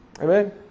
Amen